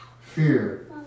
fear